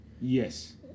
Yes